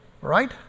right